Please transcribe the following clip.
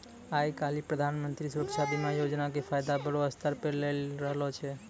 आइ काल्हि प्रधानमन्त्री सुरक्षा बीमा योजना के फायदा बड़ो स्तर पे लोग लै रहलो छै